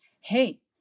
hey